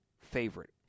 favorite